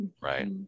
right